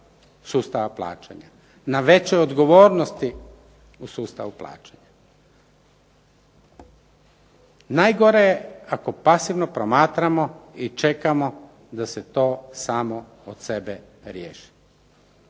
sustava plaćanja, na većoj odgovornosti u sustavu plaćanja. Najgore je ako pasivno promatramo i čekamo da se to samo od sebe riješi.